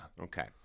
Okay